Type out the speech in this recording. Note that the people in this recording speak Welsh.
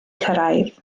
cyrraedd